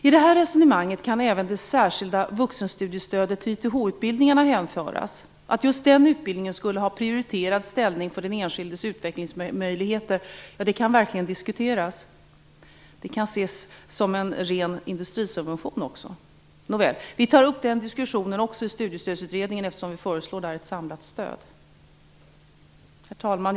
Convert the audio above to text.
I det här resonemanget kan även det särskilda vuxenstudiestödet till YTH-utbildningarna hänföras. Att just den utbildningen skulle ha prioriterad ställning för den enskildes utvecklingsmöjligheter kan verkligen diskuteras. Det kan ses som en ren industrisubvention också. Vi tar upp den diskussionen också i Studiestödsutredningen, eftersom vi där föreslår ett samlat stöd. Herr talman!